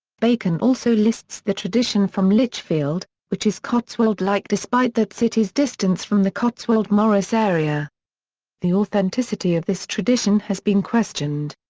bacon also lists the tradition from lichfield, which is cotswold-like despite that city's distance from the cotswold morris area the authenticity of this tradition has been questioned.